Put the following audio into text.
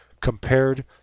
compared